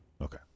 Okay